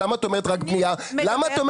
אל תחליטי בעצמך.